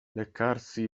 leccarsi